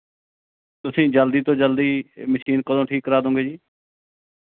ਤੁਸੀਂ ਜਲਦੀ ਤੋਂ ਜਲਦੀ ਮਸ਼ੀਨ ਕਦੋਂ ਠੀਕ ਕਰਵਾ ਦੂੰਗੇ ਜੀ